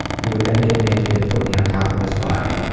he would then get naked and put me on top of his body.